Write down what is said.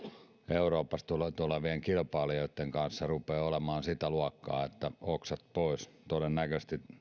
euroopasta tulevien kilpailijoitten kanssa rupeaa olemaan sitä luokkaa että oksat pois todennäköisesti